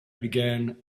began